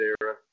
Era